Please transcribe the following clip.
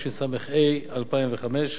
התשס"ה 2005,